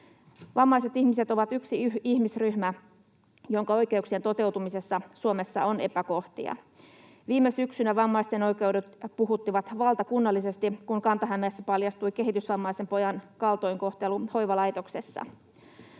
Vammaiset ihmiset ovat yksi ihmisryhmä, jonka oikeuksien toteutumisessa Suomessa on epäkohtia. Viime syksynä vammaisten oikeudet puhuttivat valtakunnallisesti, kun Kanta-Hämeessä paljastui kehitysvammaisen pojan kaltoinkohtelu hoivalaitoksessa.